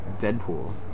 Deadpool